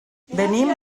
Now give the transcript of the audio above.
venim